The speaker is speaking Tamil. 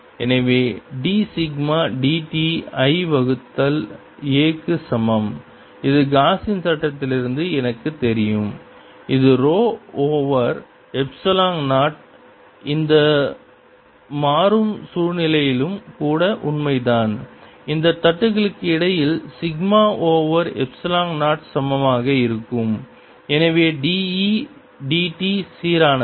எனவே d sigma d t I வகுத்தல் a க்கு சமம் இது காஸின்Gauss's சட்டத்திலிருந்து எனக்குத் தெரியும் இது ரோ ஓவர் எப்சிலன் 0 இந்த மாறும் சூழ்நிலையிலும் கூட உண்மைதான் இது தட்டுகளுக்கு இடையில் சிக்மா ஓவர் எப்சிலன் 0 சமமாக இருக்கும் எனவே d E dt சீரானது